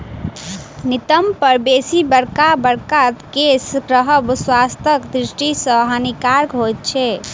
नितंब पर बेसी बड़का बड़का केश रहब स्वास्थ्यक दृष्टि सॅ हानिकारक होइत छै